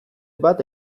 bat